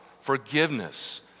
forgiveness